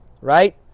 right